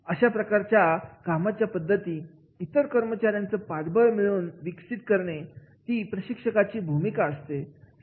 अशा प्रकारच्या कामाच्या पद्धती इतर कर्मचाऱ्यांच पाठबळ मिळवून विकसित करणं ती प्रशिक्षकाची भूमिका असते